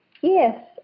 Yes